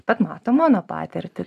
bet mato mano patirtį